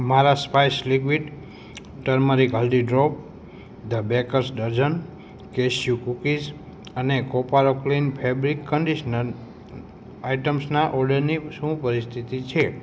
મારા spice liquid turmeric haldi drop the bakers dozen cashew cookies અને Koparo clean fabric conditioner આઇટમ્સના ઑર્ડરની શું પરિસ્થિતિ છે